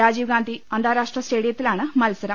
രാജീവ് ഗാന്ധി അന്താരാഷ്ട്ര സ്റ്റേഡിയത്തിലാണ് മത്സരം